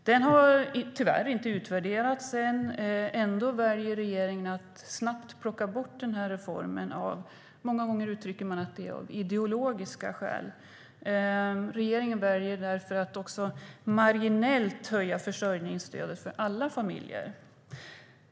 Den har tyvärr inte utvärderats ännu. Regeringen väljer ändå att snabbt plocka bort reformen, och många gånger uttrycker man att det är av ideologiska skäl. Regeringen väljer också att höja försörjningsstödet marginellt för alla familjer.